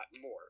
more